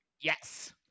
Yes